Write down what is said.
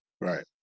Right